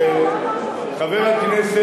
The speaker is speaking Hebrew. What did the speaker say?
מי קובע,